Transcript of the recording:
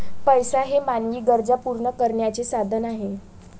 पैसा हे मानवी गरजा पूर्ण करण्याचे साधन आहे